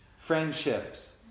friendships